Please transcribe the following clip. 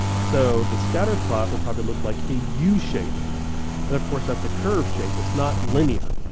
so the scatterplot will probably look like a u shape and of course, that's a curve shape, it's not linear.